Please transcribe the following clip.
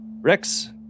Rex